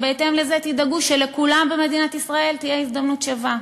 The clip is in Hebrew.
ובהתאם לזה תדאגו שלכולם במדינת ישראל תהיה הזדמנות שווה.